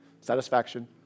satisfaction